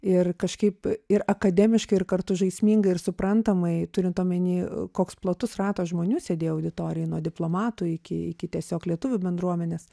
ir kažkaip ir akademiškai ir kartu žaismingai ir suprantamai turint omeny koks platus ratas žmonių sėdėjo auditorijoj nuo diplomatų iki iki tiesiog lietuvių bendruomenės